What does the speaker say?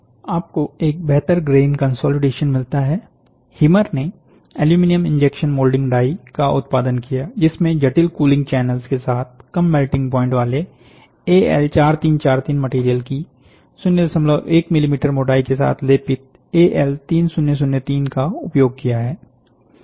आपको एक बेहतर ग्रेन कंसोलिडेशन मिलता है हिमर ने एलुमिनियम इंजेक्शन मोल्डिंग डाई का उत्पादन किया जिसमें जटिल कुलिंग चैनल्स के साथ कम मेल्टिंग पॉइंट वाले एएल 4343 मटेरियल की 01 मिलीमीटर मोटाई के साथ लेपित एएल 3003 का उपयोग किया है